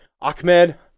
Ahmed